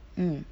mm